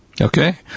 Okay